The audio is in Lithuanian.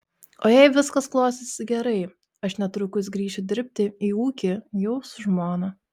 o jei viskas klostysis gerai aš netrukus grįšiu dirbti į ūkį jau su žmona